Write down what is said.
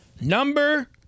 number